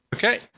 Okay